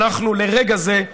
לרגע זה,